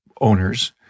owners